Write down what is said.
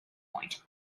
point